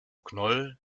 knoll